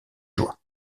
joie